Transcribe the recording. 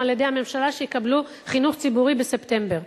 על-ידי הממשלה שיקבלו חינוך ציבורי בספטמבר.